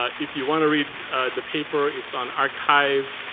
ah if you want to read the paper, it's on archive.